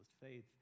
faith